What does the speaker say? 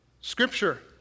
Scripture